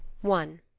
One